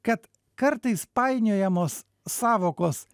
kad kartais painiojamos sąvokos